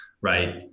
right